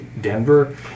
Denver